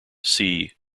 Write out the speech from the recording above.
see